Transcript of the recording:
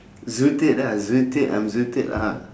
zooted ah zooted I'm zooted lah ha